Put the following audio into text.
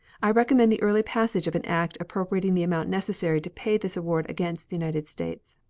i recommend the early passage of an act appropriating the amount necessary to pay this award against the united states.